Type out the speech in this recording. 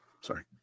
Sorry